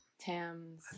Tam's